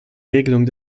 regelung